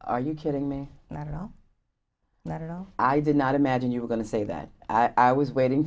are you kidding me not at all not at all i did not imagine you were going to say that i was waiting